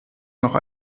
noch